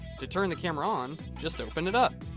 to turn the camera on, just open it up.